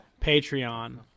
Patreon